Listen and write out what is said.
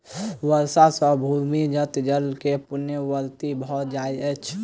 वर्षा सॅ भूमिगत जल के पुनःपूर्ति भ जाइत अछि